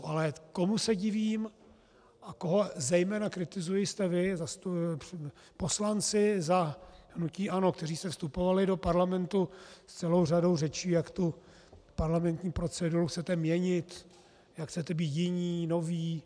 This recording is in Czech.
Ale komu se divím a koho zejména kritizuji, jste vy, poslanci za hnutí ANO, kteří jste vstupovali do parlamentu s celou řadou řečí, jak tu parlamentní proceduru chcete měnit, jak chcete být jiní, noví.